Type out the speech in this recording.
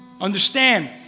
understand